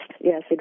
Yes